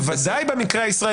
בוודאי במקרה הישראלי.